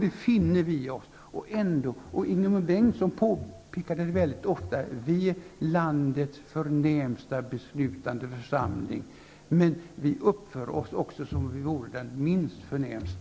Det finner vi oss i. Ingemund Bengtsson påpekade mycket ofta att vi är landets förnämsta beslutande församling, men vi uppför oss som om vi vore den minst förnämsta.